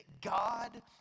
God